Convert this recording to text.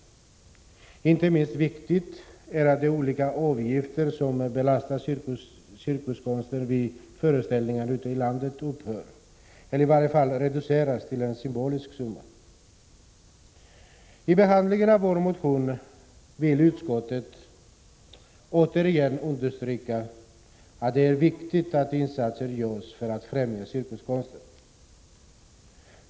Inte minst viktigt är att de olika avgifter som belastar cirkuskonsten vid föreställningar ute i landet upphör eller i varje fall reduceras till en symbolisk summa. I behandlingen av vår motion vill utskottet återigen understryka att det är viktigt att insatser görs för att främja cirkuskonsten.